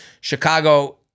Chicago